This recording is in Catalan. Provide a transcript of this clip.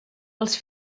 els